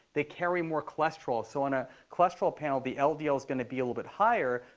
they carry more cholesterol. so in a cholesterol panel, the ldl ldl is going to be a little bit higher.